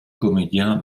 comédien